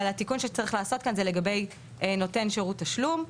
אבל התיקון שצריך לעשות כאן זה לגבי נותן שירות תשלום,